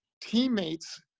teammates